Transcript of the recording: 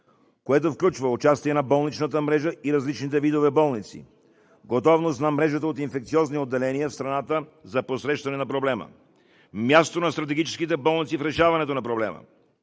което включва: участието на болничната мрежа и на различните видове болници; готовността на мрежата от инфекциозни отделения в страната за посрещане на проблема; мястото на стратегическите болници в решаването на проблема;